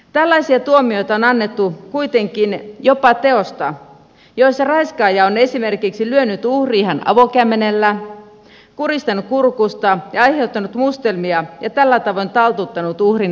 tällaisia tuomioita on annettu kuitenkin jopa teoista joissa raiskaaja on esimerkiksi lyönyt uhriaan avokämmenellä kuristanut kurkusta ja aiheuttanut mustelmia ja tällä tavoin taltuttanut uhrin vastarinnan